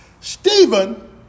Stephen